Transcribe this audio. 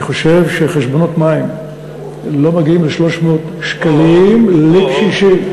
אני חושב שחשבונות מים לא מגיעים ל-300 שקלים לקשישים.